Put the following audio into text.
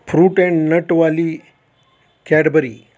fruit and नटवाली Cadbury